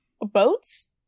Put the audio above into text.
boats